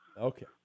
Okay